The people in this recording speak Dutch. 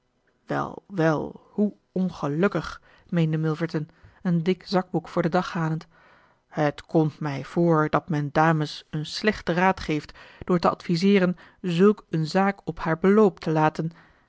wel wel hoe ongelukkig meende milverton een dik zakboek voor den dag halend het komt mij voor dat men dames een slechten raad geeft door te adviseeren zulk een zaak op haar beloop te laten